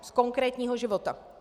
Z konkrétního života.